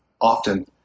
often